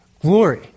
Glory